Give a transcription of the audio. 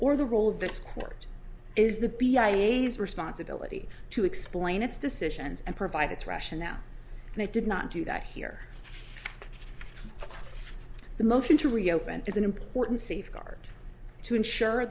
or the role of this court is the responsibility to explain its decisions and provide its russia now and it did not do that here the motion to reopen is an important safeguard to ensure